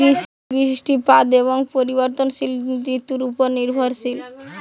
কৃষি বৃষ্টিপাত এবং পরিবর্তনশীল ঋতুর উপর নির্ভরশীল